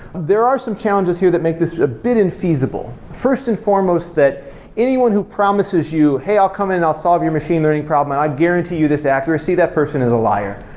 there are some challenges here that make this a bit infeasible. first and foremost, that anyone who promises you, hey, i'll come in and i'll solve your machine learning problem and i guarantee you this accuracy, that person is a liar.